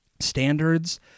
standards